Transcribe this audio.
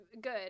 good